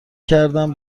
کردم